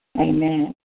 Amen